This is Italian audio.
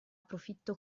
profitto